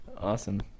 Awesome